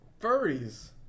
Furries